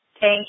Thank